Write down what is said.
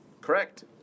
Correct